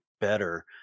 better